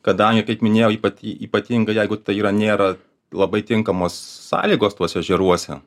kadangi kaip minėjau ypat ypatingai jeigu tai yra nėra labai tinkamos sąlygos tuose ežeruose